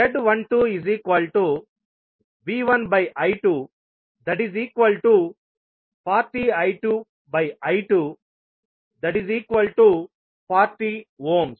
z12V1I240I2I240 ఇప్పుడు మీరు z22V2I2